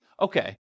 okay